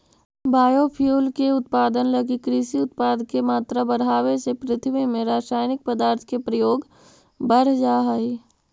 biofuel के उत्पादन लगी कृषि उत्पाद के मात्रा बढ़ावे से पृथ्वी में रसायनिक पदार्थ के प्रयोग बढ़ जा हई